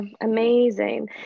amazing